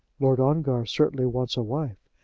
lord ongar certainly wants a wife,